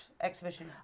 exhibition